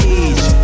age